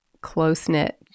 close-knit